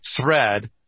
thread